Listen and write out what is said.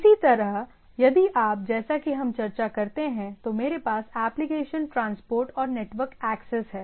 इसी तरह यदि आप जैसा कि हम चर्चा करते हैं तो मेरे पास एप्लीकेशन ट्रांसपोर्ट और नेटवर्क एक्सेस है